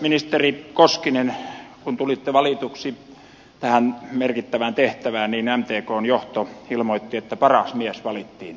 ministeri koskinen kun tulitte valituksi tähän merkittävään tehtävään niin mtkn johto ilmoitti että paras mies valittiin